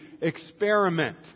experiment